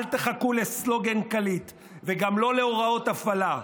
אל תחכו לסלוגן קליט, וגם לא להוראות הפעלה.